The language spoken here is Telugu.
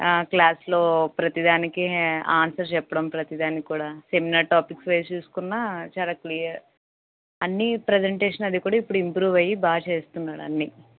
క్లాస్లో ప్రతిదానికి ఆన్సర్ చెప్పడం ప్రతి దానికి కూడా సెమినార్ టాపిక్ వైస్ చూసుకున్న చాలా క్లియర్ అన్నీ ప్రెసెంటేషన్ అది కూడా ఇప్పుడు ఇంప్రూవ్ అయ్యి బాగా చేస్తున్నాడు అన్నీ